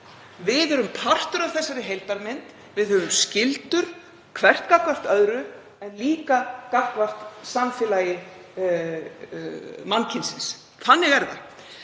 Við erum partur af þeirri heildarmynd. Við höfum skyldur hvert gagnvart öðru en líka gagnvart samfélagi mannkynsins. Þannig er það.